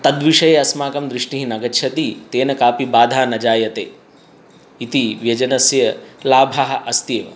तद्विषये अस्माकं दृष्टिः न गच्छति तेन कापि बाधा न जायते इति व्यजनस्य लाभः अस्ति एव